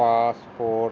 passport